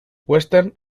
western